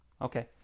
okay